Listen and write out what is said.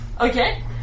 Okay